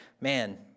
Man